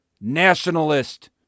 nationalist